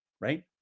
right